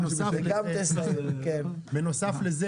בנוסף לזה